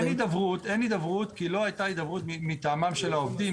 אין הידברות כי לא הייתה הידברות מטעמם של העובדים.